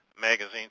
magazine